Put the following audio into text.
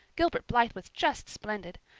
gilbert blythe was just splendid.